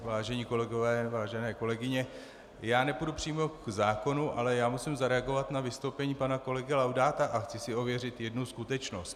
Vážení kolegové, vážené kolegyně, nepůjdu přímo k zákonu, ale musím zareagovat na vystoupení pana kolegy Laudáta a chci si ověřit jednu skutečnost.